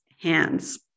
hands